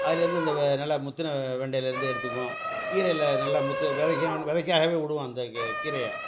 அதுலேருந்து இந்த நல்ல முற்றின வெ வெண்டைலேருந்து எடுத்துக்குவோம் கீரையில் நல்லா முத்து விதைக்கா விதைக்காகவே விடுவோம் அந்த கி கீரையை